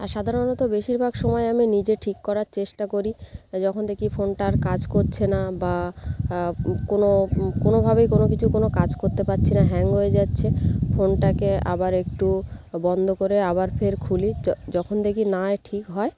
আর সাধারণত বেশিরভাগ সময় আমি নিজে ঠিক করার চেষ্টা করি যখন দেখি ফোনটা আর কাজ করছে না বা কোনও কোনোভাবেই কোনও কিছু কোনও কাজ করতে পারছি না হ্যাং হয়ে যাচ্ছে ফোনটাকে আবার একটু বন্ধ করে আবার ফের খুলি যখন দেখি না এ ঠিক হয়